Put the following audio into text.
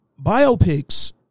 biopics